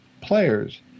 players